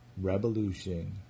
Revolution